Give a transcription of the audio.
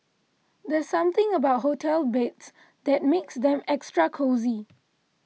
there's something about hotel beds that makes them extra cosy